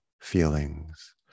feelings